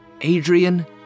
Adrian